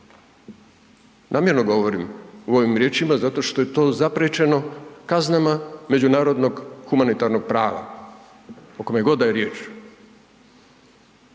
namjerno govorim ovim riječima zato što je to zapriječeno kaznama međunarodnog humanitarnog prava, o kome god da je riječ.